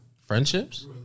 friendships